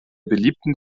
beliebten